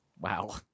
Wow